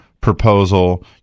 proposal